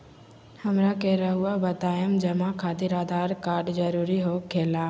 हमरा के रहुआ बताएं जमा खातिर आधार कार्ड जरूरी हो खेला?